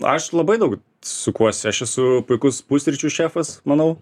aš labai daug sukuosi aš esu puikus pusryčių šefas manau